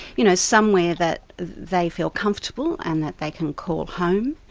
you know somewhere that they feel comfortable, and that they can call home.